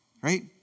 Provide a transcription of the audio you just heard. right